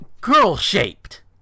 Girl-shaped